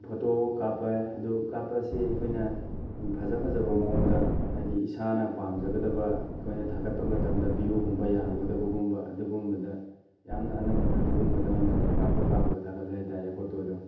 photo ꯀꯥꯞꯄꯦ ꯑꯗꯨ ꯀꯥꯞꯄꯦ ꯍꯥꯏꯁꯤ ꯑꯩꯈꯣꯏꯅ ꯐꯖ ꯐꯖꯕ ꯃꯑꯣꯡꯗ ꯍꯥꯏꯗꯤ ꯏꯁꯥꯅ ꯄꯥꯝꯖꯒꯗꯕ ꯑꯩꯈꯣꯏꯅ ꯊꯥꯒꯠꯄ ꯃꯇꯝꯗ ꯚꯤꯌꯨꯒꯨꯝꯕ ꯌꯥꯝꯒꯗꯕꯒꯨꯝꯕ ꯑꯗꯨꯒꯨꯝꯕꯗ ꯌꯥꯝꯅ ꯑꯅꯝꯕꯅ ꯑꯗꯨꯒꯨꯝꯕꯗ ꯑꯣꯏꯅ ꯀꯥꯞꯄ ꯀꯥꯞꯄꯒ ꯊꯥꯒꯠꯂꯤ ꯍꯥꯏꯇꯥꯔꯦ ꯐꯣꯇꯣꯗꯣ